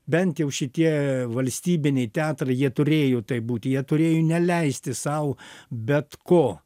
bent jau šitie valstybiniai teatrai jie turėjo taip būti jie turėjo neleisti sau bet ko